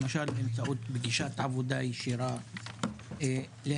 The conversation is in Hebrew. למשל באמצעות פגישת עבודה ישירה להקשיב